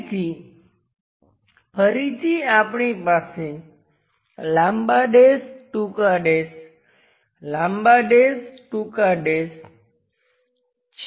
તેથી ફરીથી આપણી પાસે લાંબા ડેશ ટૂંકા ડેશ લાંબા ડેશ ટૂંકા ડેશ છે